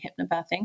hypnobirthing